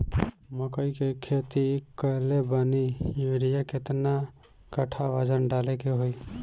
मकई के खेती कैले बनी यूरिया केतना कट्ठावजन डाले के होई?